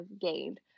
gained